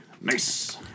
Nice